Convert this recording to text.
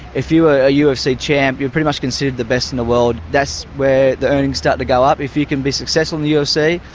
if you are a ufc champ, you're pretty much considered the best in the world. that's where the earnings start to go up. if you can be successful in the ufc,